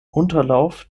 unterlauf